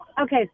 Okay